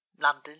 London